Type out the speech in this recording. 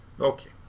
okay